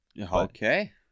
Okay